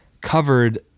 covered-